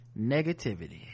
negativity